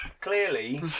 clearly